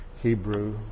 Hebrew